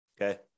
okay